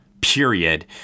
period